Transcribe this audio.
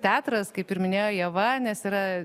teatras kaip ir minėjo ieva nes yra